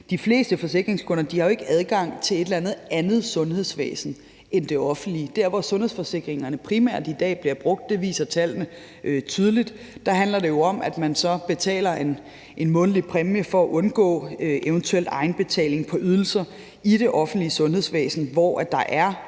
de fleste forsikringskunder jo ikke har adgang til et andet sundhedsvæsen end det offentlige. Dér, hvor sundhedsforsikringerne primært i dag bliver brugt, det viser tallene tydeligt, handler det jo om, at man så betaler en månedlig præmie for at undgå eventuel egenbetaling på ydelser i det offentlige sundhedsvæsen, hvor der er